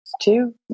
two